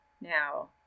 now